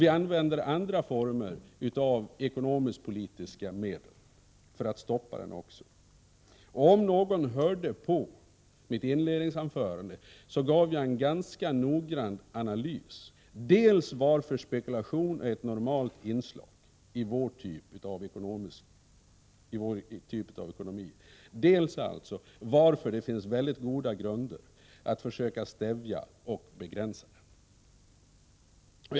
Vi använder också andra former av ekonomisk-politiska medel för att stoppa spekulationen. Om någon hörde på mitt inledningsanförande, så fann han att jag gav en ganska noggrann analys — dels varför spekulationen är ett normalt inslag i vår typ av ekonomi, dels varför det finns mycket goda skäl att försöka stävja och begränsa den.